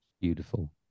Beautiful